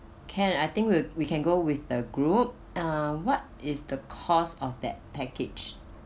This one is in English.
can I think we we can go with the group uh what is the cost of that package